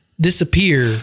disappear